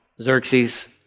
Xerxes